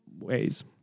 Ways